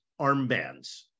armbands